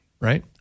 Right